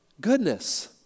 goodness